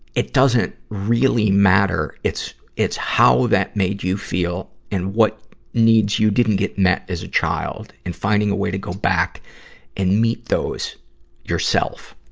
it doesn't really matter. it's, it's how that made you feel and what needs you didn't get met as a child and finding a way to go back and meet those yourself.